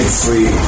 free